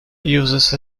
uses